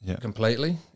completely